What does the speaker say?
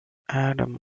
adam